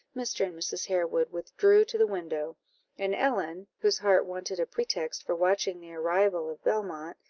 mr. and mrs. harewood withdrew to the window and ellen, whose heart wanted a pretext for watching the arrival of belmont,